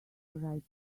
right